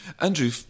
Andrew